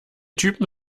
typen